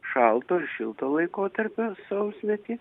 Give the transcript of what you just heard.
šalto ir šilto laikotarpio sausmetį